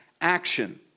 action